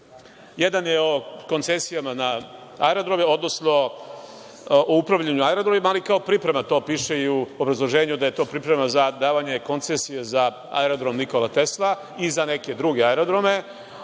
jedan je o koncesijama na aerodromima, odnosno o upravljanju aerodromima, ali kao priprema, to piše i u obrazloženju, da je to priprema za davanje koncesije za Aerodrom „Nikola Tesla“ i za neke druge aerodrome.